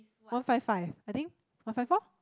one five five I think one five four